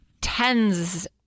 tens